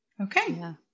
Okay